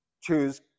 choose